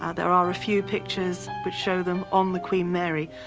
ah there are a few pictures which show them on the queen mary,